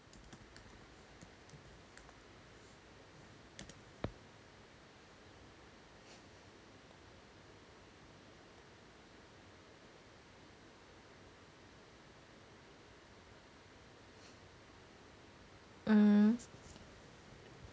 mm